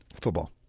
Football